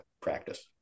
practice